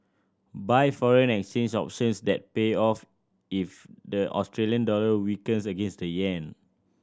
buy foreign exchange options that pay off if the Australian dollar weakens against the yen